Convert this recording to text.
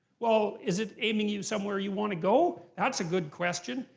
well, is it aiming you somewhere you want to go? that's a good question,